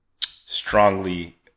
strongly